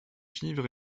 vives